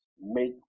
make